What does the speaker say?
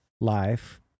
life